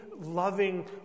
loving